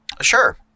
Sure